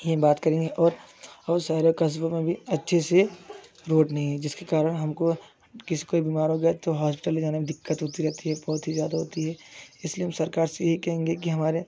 एक बात करें और और शहरों कस्बो में भी अच्छी सी रोड नहीं है जिसके कारण हमको किसको बीमार हो गया तो हॉस्पिटल जाने में दिक्कत होती रहती है बहुत ही ज्यादा होती है इसलिए हम सरकार से यही कहेंगे कि हमारे